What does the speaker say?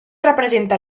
representa